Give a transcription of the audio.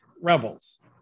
Rebels